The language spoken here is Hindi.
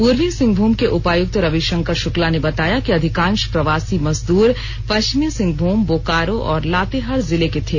पूर्वी सिंहभूम के उपायुक्त रविशंकर शुक्ला ने बताया कि अधिकांश प्रवासी मजदूर पश्चिमी सिंहभूम बोकारो और लातेहार जिले के थे